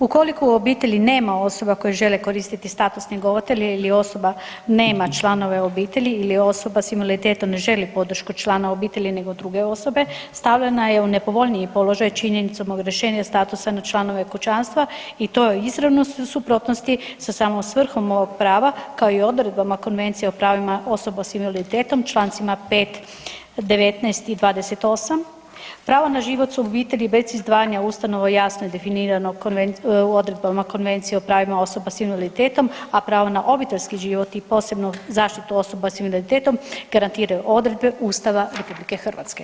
Ukoliko u obitelji nema osoba koje žele koristiti status njegovatelja ili osoba nema članove obitelji ili osoba sa invaliditetom ne želi podršku člana obitelji nego druge osobe stavljena je u nepovoljniji položaj činjenicom odrješenje statusa na članove kućanstva i to je izravno u suprotnosti sa samom svrhom ovog prava kao i odredbama Konvencije o pravima osoba sa invaliditetom člancima 5., 19. i 28. pravo na život sa obitelji bez izdvajanja u ustanovu jasno je definirano odredbama Konvencije o pravima osoba sa invaliditetom, a pravo na obiteljski život i posebno zaštitu osoba sa invaliditetom garantiraju odredbe Ustava RH.